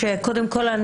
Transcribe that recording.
קודם כל,